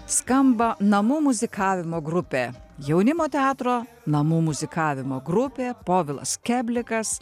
skamba namų muzikavimo grupė jaunimo teatro namų muzikavimo grupė povilas keblikas